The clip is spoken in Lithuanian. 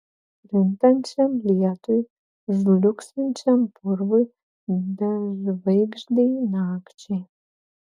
krintančiam lietui žliugsinčiam purvui bežvaigždei nakčiai